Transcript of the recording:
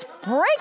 break